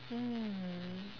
mm